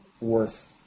worth